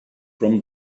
from